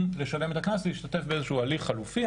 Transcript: לשלם את הקנס להשתתף באיזשהו הליך חלופי,